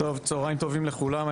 צהרים טובים לכולם.